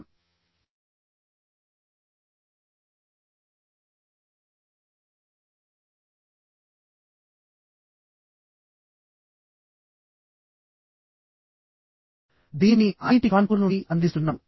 మేము దీనిని ఐఐటి కాన్పూర్ నుండి ఎన్పిటిఇఎల్ మూక్ ద్వారా అందిస్తున్నాము